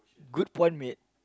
good point mate